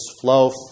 flow